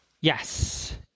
Yes